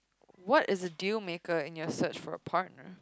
what is a deal maker in your search for a partner